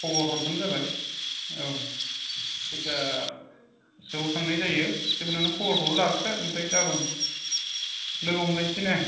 खबर हरबानो जाबाय औ खैतासोआव थांनाय जायो जिकुनु नों खबरखौ लाग्रोदो ओमफ्राय गाबोन लोगो हमलायनोसै ने